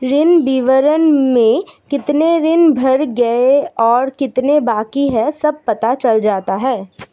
ऋण विवरण में कितने ऋण भर गए और कितने बाकि है सब पता चल जाता है